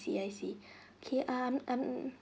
I see I see okay err um